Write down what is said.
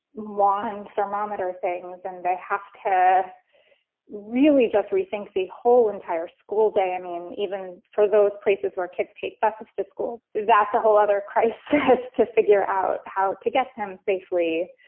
one thermometer or things. and they have to really just rethink the whole entire school day. i mean, even for those places where kids take buses to school. that's a whole other crisis to figure out how to get them safely.